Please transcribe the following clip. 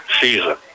season